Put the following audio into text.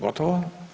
Gotovo?